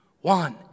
one